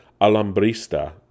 Alambrista